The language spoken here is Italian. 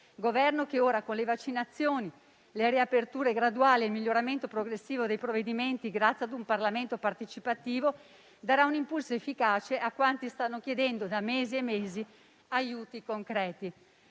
Governo che ora, con le vaccinazioni, le riaperture graduali e il miglioramento progressivo dei provvedimenti, grazie a un Parlamento partecipativo, darà un impulso efficace a quanti stanno chiedendo da mesi e mesi aiuti concreti.